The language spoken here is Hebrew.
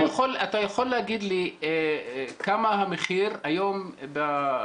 אתה יכול להגיד לי כמה המחיר של קוב מים ביפיע